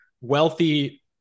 wealthy